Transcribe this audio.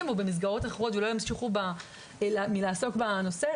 או במסגרות אחרות ולא ימשיכו לעסוק בנושא,